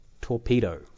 Torpedo